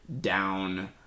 down